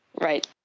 Right